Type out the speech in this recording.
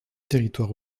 territoire